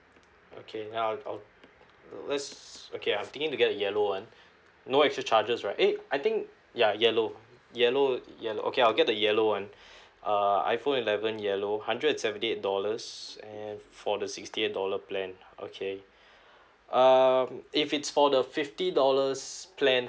okay now I'll I'll let's okay I'm thinking to get the yellow one no extra charges right eh I think yeah yellow yellow yellow okay I'll get the yellow one err iphone eleven yellow hundred and seventy eight dollars and for the sixty eight dollar plan okay um if it's for the fifty dollars plan